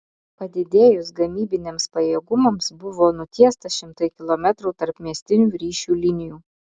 padidėjus gamybiniams pajėgumams buvo nutiesta šimtai kilometrų tarpmiestinių ryšių linijų